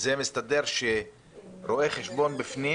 זה מסתדר זה שרואה חשבון כן בפנים